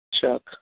Chuck